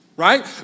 Right